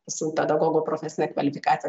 su pedagogo profesine kvalifikacija